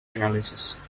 analysis